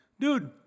Dude